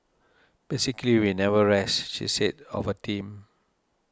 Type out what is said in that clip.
basically we never rest she said of her team